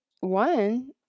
one